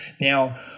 Now